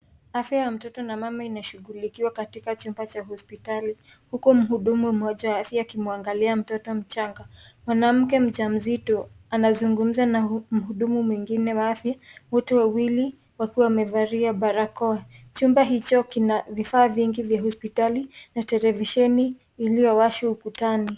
Afya ya mtoto na mama inashunghulikiwa katika chumba cha hospitali huku mhudumu mmoja akimwangalia mtoto mchanga ,mwanamke mjamzito anazungumza na mhudumu mwingine wa afya wotebwawili wakiwa wamevalia barakoa ,chumba hicho kina vifaa ingi vya hospitali na televisheni iliyowashwa ukutani.